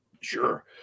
Sure